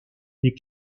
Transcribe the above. des